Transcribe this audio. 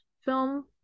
film